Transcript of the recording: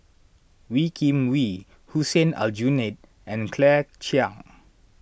Wee Kim Wee Hussein Aljunied and Claire Chiang